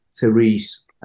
Therese